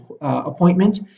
appointment